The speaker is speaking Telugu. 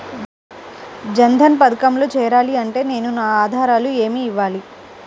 జన్ధన్ పథకంలో చేరాలి అంటే నేను నా ఆధారాలు ఏమి ఇవ్వాలి?